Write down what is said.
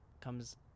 comes